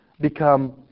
become